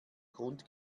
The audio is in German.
grund